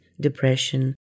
depression